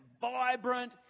vibrant